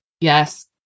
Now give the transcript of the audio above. yes